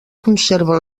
conserva